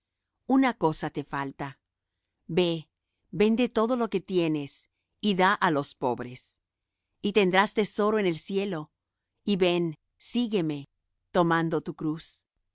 una cosa te falta ve vende todo lo que tienes y da á los pobres y tendrás tesoro en el cielo y ven sígueme tomando tu cruz